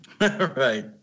Right